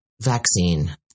vaccine